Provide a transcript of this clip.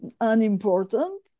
unimportant